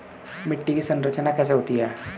मिट्टी की संरचना कैसे होती है?